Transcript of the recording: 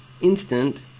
instant